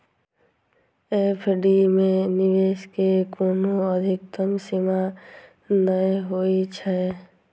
FD मे निवेश के कोनो अधिकतम सीमा नै होइ छै